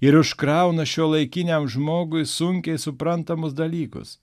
ir užkrauna šiuolaikiniam žmogui sunkiai suprantamus dalykus